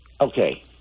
Okay